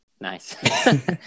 Nice